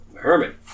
Hermit